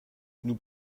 nous